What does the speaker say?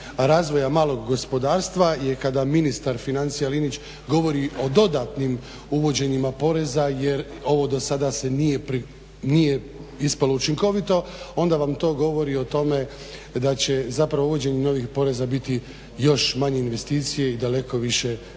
razvoja malog gospodarstva, je kada ministar financija Linić govori o dodatnim uvođenjima poreza jer ovo do sada se nije ispalo učinkovito, onda vam to govori o tome da će zapravo uvođenje novih poreza biti još manje investicije i daleko više nezaposlenih